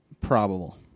probable